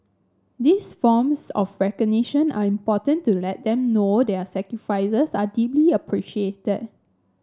these forms of recognition are important to let them know their sacrifices are deeply appreciated